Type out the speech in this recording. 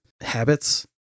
habits